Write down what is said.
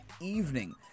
evening